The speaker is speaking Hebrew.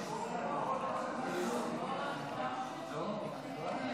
לחקירה בטיחותית בתעופה, התשפ"ד 2024,